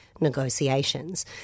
negotiations